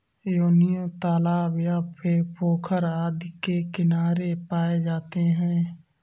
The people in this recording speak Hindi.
योनियों तालाब या पोखर आदि के किनारे पाए जाते हैं